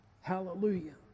Hallelujah